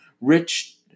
rich